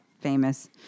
Famous